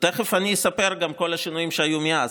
תכף אני אספר את כל השינויים שהיו מאז.